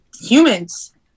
humans